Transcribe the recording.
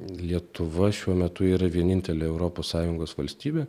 lietuva šiuo metu yra vienintelė europos sąjungos valstybė